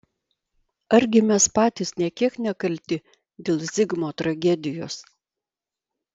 argi mes patys nė kiek nekalti dėl zigmo tragedijos